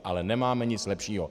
Ale nemáme nic lepšího.